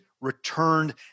returned